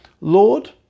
Lord